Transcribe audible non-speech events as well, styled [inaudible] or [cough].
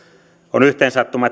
on yhteensattuma [unintelligible]